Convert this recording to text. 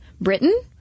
Britain